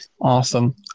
Awesome